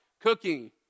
cooking